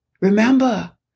Remember